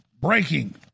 Breaking